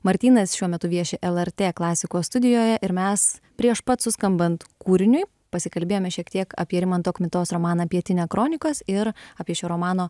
martynas šiuo metu vieši lrt klasikos studijoje ir mes prieš pat suskambant kūriniui pasikalbėjome šiek tiek apie rimanto kmitos romaną pietine kronikos ir apie šio romano